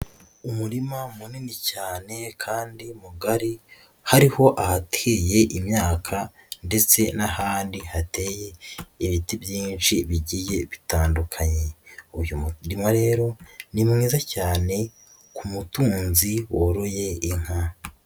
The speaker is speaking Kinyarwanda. Umurima munini cyane kandi mugari hariho ahateye imyaka ndetse n'ahandi hateye ibiti byinshi bigiye bitandukanye, uyu murima rero ni mwiza cyane ku mutunzi woroye inka.